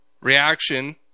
reaction